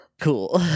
Cool